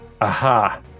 Aha